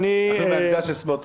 אתה לא בעמדה של סמוטריץ'.